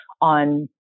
on